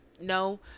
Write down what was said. no